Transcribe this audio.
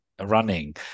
running